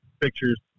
pictures